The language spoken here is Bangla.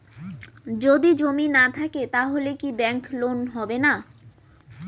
যদি জমি না থাকে তাহলে কি ব্যাংক লোন হবে না?